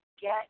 get